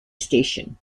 station